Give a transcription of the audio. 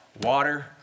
water